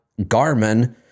Garmin